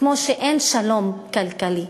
כמו שאין שלום כלכלי,